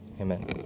amen